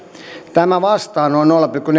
tämä vastaa noin nolla pilkku